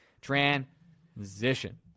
Transition